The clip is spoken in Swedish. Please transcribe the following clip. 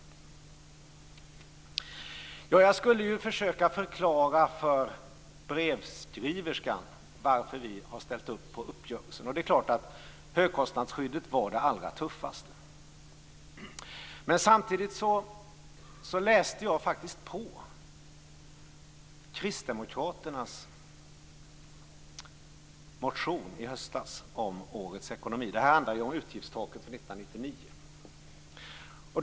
Jag skulle försöka förklara för brevskriverskan varför vi har ställt upp på uppgörelsen. Det är klart att beslutet om högkostnadsskyddet var det allra tuffaste. Jag har samtidigt läst kristdemokraternas motion från i höstas om årets ekonomi. Den handlade om utgiftstaket för 1999.